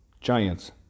giants